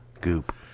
Goop